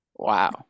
Wow